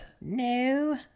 no